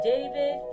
David